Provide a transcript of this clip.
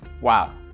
Wow